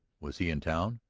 was he in town?